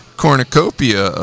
cornucopia